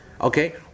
okay